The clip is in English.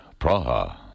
Praha